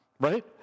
right